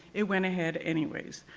it went ahead anyways.